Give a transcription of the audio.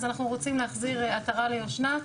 אז אנחנו רוצים להחזיר עטרה ליושנה,